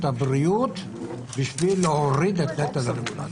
הבריאות בשביל להוריד את נטל הרגולציה.